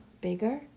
bigger